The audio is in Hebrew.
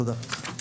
תודה.